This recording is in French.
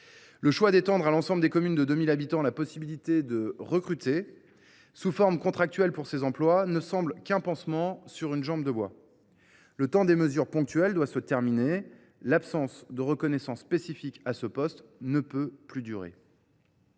Le choix d’étendre à l’ensemble des communes de 2 000 habitants la possibilité de recruter sous forme contractuelle pour ces emplois ne semble qu’un pansement sur une jambe de bois. Le temps des mesures ponctuelles doit prendre fin, l’absence de reconnaissance spécifique à ce poste ne peut plus durer.